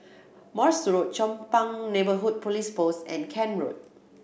Morse Road Chong Pang Neighbourhood Police Post and Kent Road